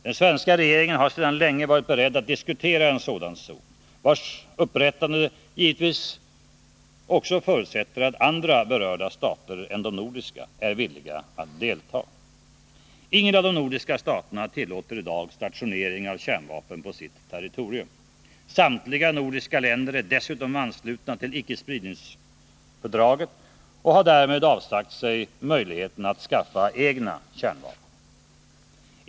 Den svenska regeringen har sedan länge varit beredd att diskutera en sådan zon, vars upprättande givetvis också förutsätter att andra berörda stater än de nordiska är villiga att delta. Ingen av de nordiska staterna tillåter i dag stationering av kärnvapen på sitt territorium. Samtliga nordiska länder är dessutom anslutna till ickespridningsfördraget och har därmed avsagt sig möjligheten att skaffa egna kärnvapen.